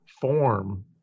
form